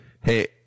Hey